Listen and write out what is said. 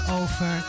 over